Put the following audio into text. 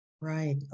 Right